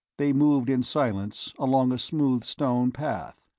they moved in silence, along the smooth stone path.